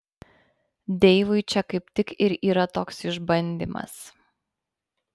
deivui čia kaip tik ir yra toks išbandymas